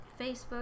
Facebook